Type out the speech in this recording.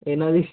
ਇਹਨਾਂ ਦੀ